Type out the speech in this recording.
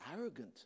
arrogant